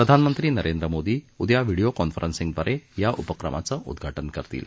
प्रधानमंत्री Narendra Modi video conferencing द्वारे या उपक्रमाचं उद्घाटन करतील